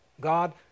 God